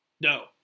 No